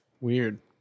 Weird